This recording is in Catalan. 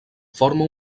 forma